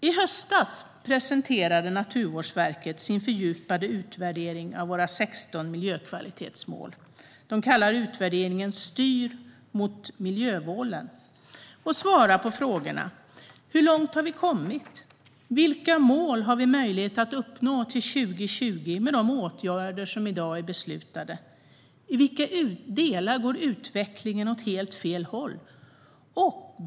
I höstas presenterade Naturvårdsverket sin fördjupade utvärdering av våra 16 miljökvalitetsmål. De kallar utvärderingen Styr med sikte på miljömålen . Man svarar på frågorna: Hur långt har vi kommit? Vilka mål har vi möjlighet att uppnå till 2020 med de åtgärder som i dag är beslutade? I vilka delar går utvecklingen åt helt fel håll?